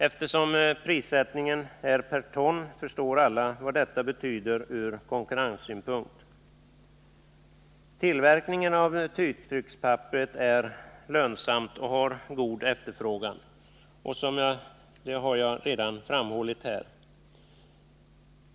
Eftersom prissättningen är per ton förstår alla vad detta betyder ur konkurrenssynpunkt. Tillverkningen av tygtryckspapper är lönsam och har god efterfrågan som jag redan framhållit.